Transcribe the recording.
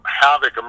havoc